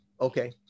Okay